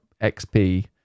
XP